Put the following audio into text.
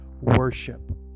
worship